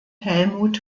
helmut